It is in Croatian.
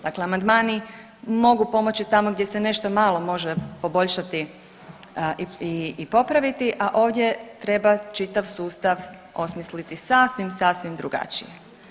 Dakle, amandmani mogu pomoći tamo gdje se nešto malo može poboljšati i popraviti, a ovdje treba čitav sustav osmisliti sasvim, sasvim drugačije.